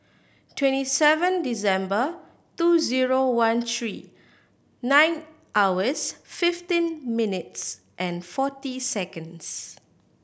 twenty seven December two zero one three nine hours fifteen minutes and forty seconds